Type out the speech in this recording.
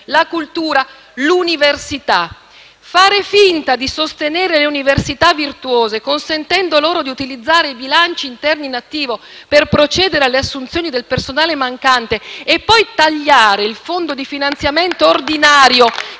la cultura e l'università. Fare finta di sostenere le università virtuose, consentendo loro di utilizzare i bilanci interni in attivo per procedere alle assunzioni del personale mancante e poi tagliare il fondo di finanziamento ordinario